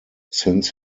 since